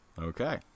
Okay